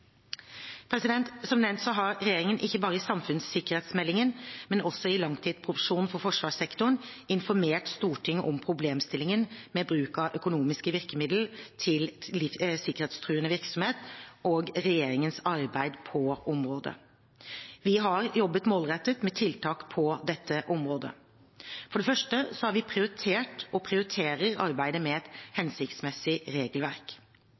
Som nevnt har regjeringen ikke bare i samfunnssikkerhetsmeldingen, men også i langtidsproposisjonen for forsvarssektoren informert Stortinget om problemstillingen med bruk av økonomiske virkemidler til sikkerhetstruende virksomhet og regjeringens arbeid på området. Vi har jobbet målrettet med tiltak på dette området. For det første har vi prioritert og prioriterer arbeidet med et hensiktsmessig regelverk.